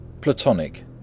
Platonic